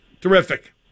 Terrific